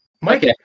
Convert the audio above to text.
Mike